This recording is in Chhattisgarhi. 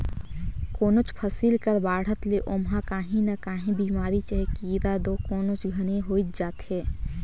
कोनोच फसिल कर बाढ़त ले ओमहा काही न काही बेमारी चहे कीरा दो कोनोच घनी होइच जाथे